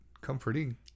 comforting